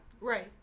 Right